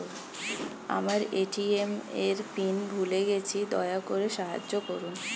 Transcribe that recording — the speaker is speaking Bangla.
আমার এ.টি.এম এর পিন ভুলে গেছি, দয়া করে সাহায্য করুন